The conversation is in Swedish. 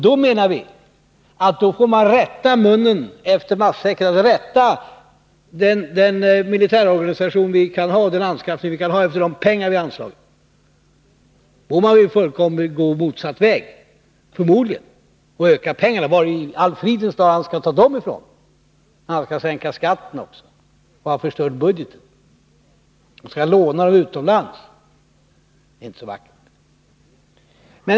Då menar vi att man får rätta munnen efter matsäcken — man får rätta den militära organisationen och den anskaffning vi kan göra efter de pengar vi anslagit. Gösta Bohman vill förmodligen gå rakt motsatt väg och öka pengarna — var i all fridens dar han skall ta dem, när han skall sänka skatten också och när han har förstört budgeten. Skall han låna utomlands? Det är inte så vackert.